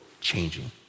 changing